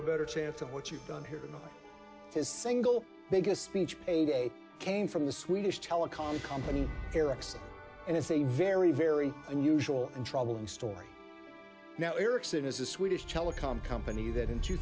a better chance of what you've done here his single biggest speech a day came from the swedish telecom company ericsson and it's a very very unusual and troubling story now ericsson is a swedish telecom company that in two